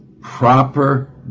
proper